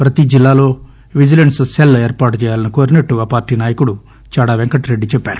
ప్రతి జిల్లాలో vigilance cell ఏర్పాటుచేయాలని కోరినట్లు ఆ పార్టీ నాయకుడు చాడా పెంకట్రెడ్డి చెప్పారు